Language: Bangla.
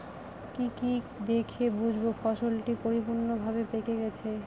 কি কি দেখে বুঝব ফসলটি পরিপূর্ণভাবে পেকে গেছে?